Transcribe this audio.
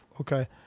Okay